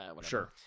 Sure